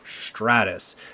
Stratus